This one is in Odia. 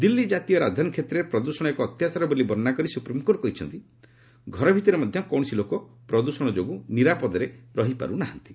ଦିଲ୍ଲୀ କାତୀୟ ରାଜଧାନୀ କ୍ଷେତ୍ରରେ ପ୍ରଦ୍ଷଣ ଏକ ଅତ୍ୟାଚାର ବୋଲି ବର୍ଷ୍ଣନା କରି ସ୍ୱପ୍ରିମ୍କୋର୍ଟ କହିଛନ୍ତି ଘର ଭିତରେ ମଧ୍ୟ କୌଶସି ଲୋକ ପ୍ରଦୃଷଣ ଯୋଗୁଁ ନିରାପଦରେ ରହିପାର୍ ନାହାନ୍ତି